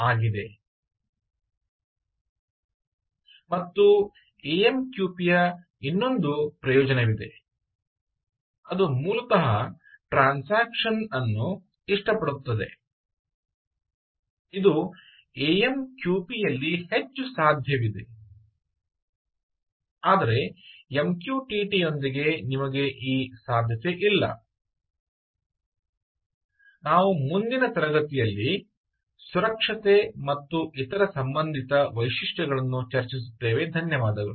ಮತ್ತು A M Q P ಯ ಮತ್ತೊಂದು ಪ್ರಯೋಜನವಿದೆ ಅದು ಮೂಲತಃ ಟ್ರಾನ್ಸಾಕ್ಷನ್ ಅನ್ನು ಇಷ್ಟಪಡುತ್ತದೆ ಇದು ಎ ಎಂ ಕ್ಯೂ ಪಿ ಯಲ್ಲಿ ಹೆಚ್ಚು ಸಾಧ್ಯವಿದೆ ಆದರೆ MQTT ಯೊಂದಿಗೆ ನಿಮಗೆ ಈ ಸಾಧ್ಯತೆಯಿಲ್ಲ ನಾವು ಮುಂದಿನ ತರಗತಿಯಲ್ಲಿ ಸುರಕ್ಷತೆ ಮತ್ತು ಇತರ ಸಂಬಂಧಿತ ವೈಶಿಷ್ಟ್ಯಗಳನ್ನು ಚರ್ಚಿಸುತ್ತೇವೆ ಧನ್ಯವಾದಗಳು